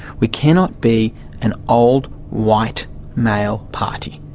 we cannot be an old white male party.